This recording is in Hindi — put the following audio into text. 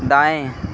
दाएँ